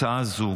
הצעה זו